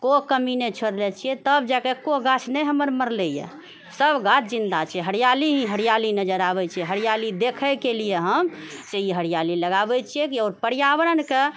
कोइ कमी नहि छोड़ने छियै तब जाकऽ एको गाछ नहि हमर मरलै यऽ सब गाछ जिन्दा छै हरियाली ही हरियाली नजरि आबै छै हरियाली देखैके लिए हम से ई हरियाली लगाबै छियै आओर पर्यावरणके